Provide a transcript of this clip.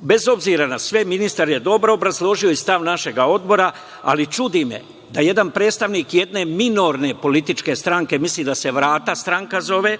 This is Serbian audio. bez obzira na sve ministar je dobro obrazložio i stav našeg odbora, ali čudi me da jedan predstavnik jedne minorne političke stranke, mislim da se „Vrata“ stranka zove,